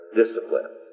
discipline